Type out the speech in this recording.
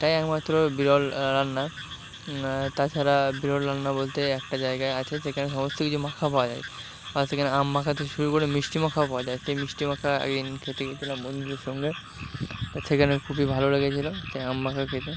এটাই একমাত্র বিরল রান্না তাছাড়া বিরল রান্না বলতে একটা জায়গা আছে যেখানে সমস্ত কিছু মাখা পাওয়া যায় তা সেখানে আম মাখা থেকে শুরু করে মিষ্টি মাখাও পাওয়া যায় সেই মিষ্টি মাখা এক দিন খেতে গিয়েছিলাম বন্ধুদের সঙ্গে তো সেখানে খুবই ভালো লেগেছিলো তাই আম মাখা খেতে